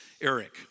Eric